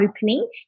opening